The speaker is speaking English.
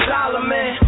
Solomon